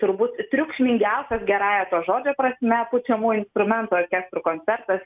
turbūt triukšmingiausias gerąja to žodžio prasme pučiamųjų instrumentų orkestrų koncertas